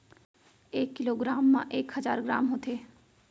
एक kilogram मा एक हजार ग्राम होथे